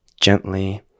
gently